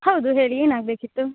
ಹೌದು ಹೇಳಿ ಏನು ಆಗಬೇಕಿತ್ತು